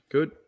Good